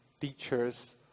teachers